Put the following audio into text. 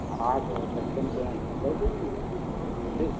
हाँ तो बच्चों के यहाँ ले देंगे कुछ ठीक